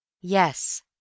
Yes